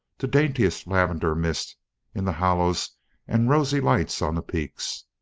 to daintiest lavender mist in the hollows and rosy light on the peaks,